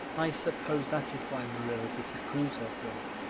i suppose that is why marilla disapproves of them.